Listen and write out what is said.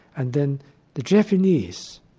and then the japanese,